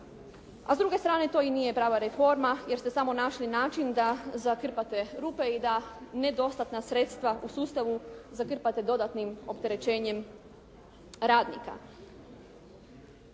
a s druge strane to i nije prava reforma jer ste samo našli način da zakrpate rupe i da nedostatna sredstva u sustavu zakrpate dodatnim opterećenjem radnika.